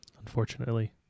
Unfortunately